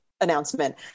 announcement